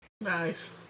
Nice